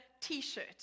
T-shirt